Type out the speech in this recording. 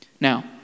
Now